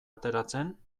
ateratzen